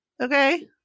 Okay